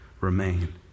remain